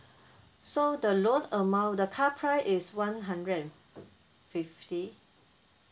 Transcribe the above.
so the loan amount the car price is one hundred and fifty